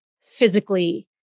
physically